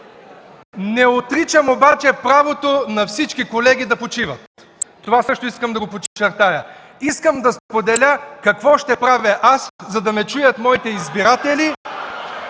Не отричам обаче правото на всички колеги да почиват. Това също искам да го подчертая. Искам да споделя какво ще правя аз, за да ме чуят моите избиратели.